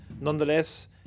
nonetheless